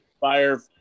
Fire